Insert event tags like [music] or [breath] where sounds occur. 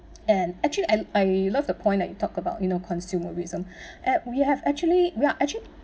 [noise] and actually I I love the point that you talk about you know consumerism [breath] ac~ we have actually we are actually